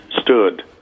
stood